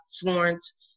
Florence